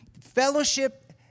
Fellowship